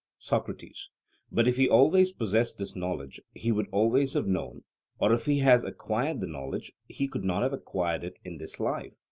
socrates but if he always possessed this knowledge he would always have known or if he has acquired the knowledge he could not have acquired it in this life,